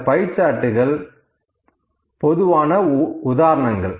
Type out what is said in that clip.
இந்த பை சார்ட்கள் பொதுவான உதாரணங்கள்